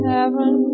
Heaven